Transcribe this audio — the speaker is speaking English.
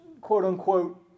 quote-unquote